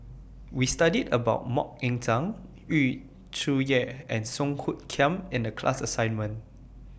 We studied about Mok Ying Jang Yu Zhuye and Song Hoot Kiam in The class assignment